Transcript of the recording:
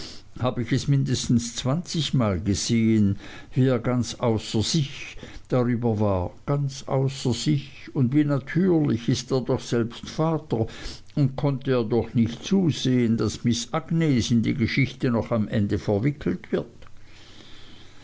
hab ich es mindestens zwanzigmal gesehen wie er ganz außer sich darüber war ganz außer sich und wie natürlich ist er doch selbst vater und konnte er doch nicht zusehen daß miß agnes in die geschichte noch am ende verwickelt wird